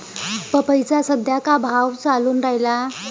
पपईचा सद्या का भाव चालून रायला?